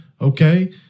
Okay